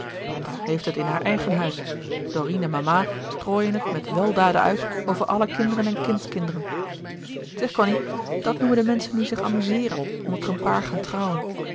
heeft het in haar eigen huis dorine en mama strooien het met weldaden uit over alle kinderen en kindskinderen zeg cony dat noemen de menschen nu zich amuzeeren omdat er een paar gaan trouwen